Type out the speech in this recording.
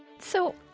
so,